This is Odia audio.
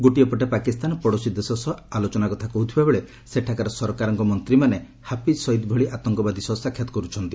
ଗୋଟିଏ ପଟେ ପାକିସ୍ତାନ ପଡ଼ୋଶୀ ଦେଶ ସହ ଆଳୋଚନା କଥା କହ୍ରଥିବା ବେଳେ ସେଠାକାର ସରକାରଙ୍କ ମନ୍ତ୍ରୀମାନେ ହାଫିଜ୍ ସୟିଦ୍ ଭଳି ଆତଙ୍କବାଦୀ ସହ ସାକ୍ଷାତ କରୁଛନ୍ତି